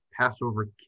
Passover